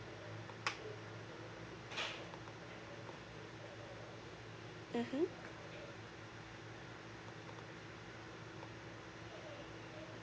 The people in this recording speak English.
mmhmm